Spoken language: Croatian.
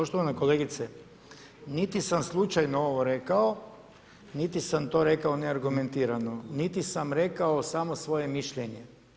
Poštovana kolegice niti sam slučajno ovo rekao, niti sam to rekao neargumentirano, niti sam rekao samo svoje mišljenje.